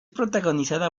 protagonizada